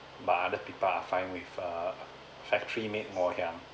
but other people are fine with a factory made ngoh hiang